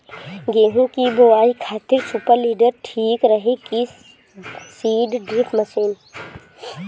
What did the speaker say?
गेहूँ की बोआई खातिर सुपर सीडर ठीक रही की सीड ड्रिल मशीन?